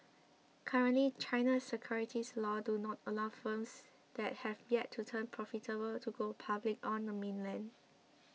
currently China's securities laws do not allow firms that have yet to turn profitable to go public on the mainland